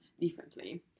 differently